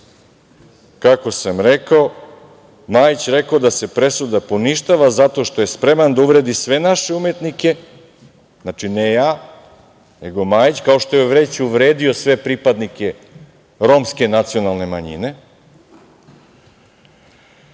kako sam rekao, Majić rekao da se presuda poništava zato što je spreman da uvredi sve naše umetnike, znači, ne ja, nego Majić, kao što je već uvredio sve pripadnike romske nacionalne manjine